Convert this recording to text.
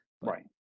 Right